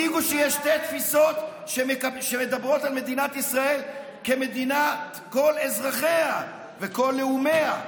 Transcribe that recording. הציגו שתי תפיסות שמדברות על מדינת ישראל כמדינת כל אזרחיה וכל לאומיה,